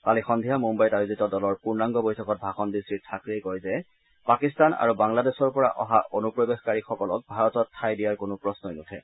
কালি সন্ধিয়া মুম্বাইত আয়োজিত দলৰ পূৰ্ণাংগ বৈঠকত ভাষণ দি শ্ৰীথাকৰেই কয় যে পাকিস্তান আৰু বাংলাদেশৰ পৰা অহা অনুপ্ৰৱেশকাৰীসকলক ভাৰতত ঠাই দিয়াৰ কোনো প্ৰশ্নই নুঠে